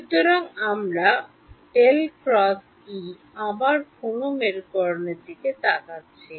সুতরাং আমরা আবার কোন মেরুকরণের দিকে তাকাচ্ছি